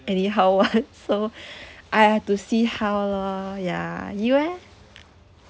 anyhow what so I have to see how lah ya you eh